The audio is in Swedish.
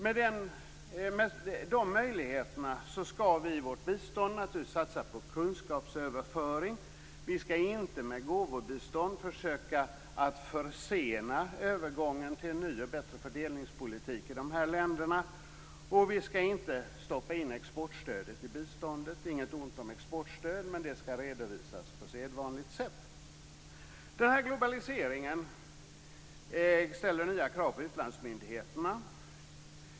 Med de möjligheterna är det klart att vi i vårt bistånd skall satsa på kunskapsöverföring. Vi skall inte med gåvobistånd försöka att försena övergången till en ny och bättre fördelningspolitik i de här länderna, och vi skall inte stoppa in exportstödet i biståndet. Inget ont om exportstöd, men det skall redovisas på sedvanligt sätt. Den här globaliseringen ställer nya krav på utlandsmyndigheterna.